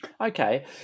Okay